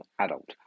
adult